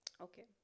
Okay